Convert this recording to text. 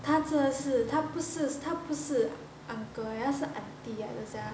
他真的是他不是他不是 uncle eh 他是 aunty 来的 sia